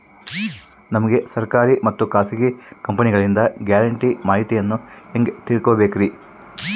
ನಮಗೆ ಸರ್ಕಾರಿ ಮತ್ತು ಖಾಸಗಿ ಕಂಪನಿಗಳಿಂದ ಗ್ಯಾರಂಟಿ ಮಾಹಿತಿಯನ್ನು ಹೆಂಗೆ ತಿಳಿದುಕೊಳ್ಳಬೇಕ್ರಿ?